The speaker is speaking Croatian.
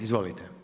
Izvolite.